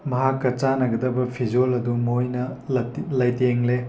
ꯃꯍꯥꯛꯀ ꯆꯥꯅꯒꯗꯕ ꯐꯤꯖꯣꯜ ꯑꯗꯨ ꯃꯣꯏꯅ ꯂꯩꯇꯦꯡꯂꯦ